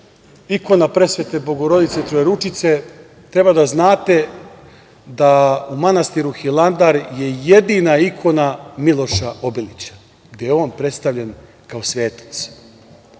ikona Presvete Bogorodice Trojeručice, treba da znate da u manastiru Hilandar je jedina ikona Miloša Obilića gde on predstavljen kao svetac.